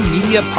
Media